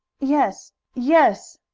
yes yes!